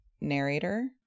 narrator